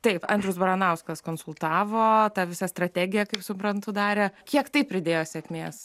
taip andrius baranauskas konsultavo visą strategiją kaip suprantu darė kiek tai pridėjo sėkmės